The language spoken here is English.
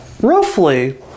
Roughly